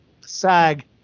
SAG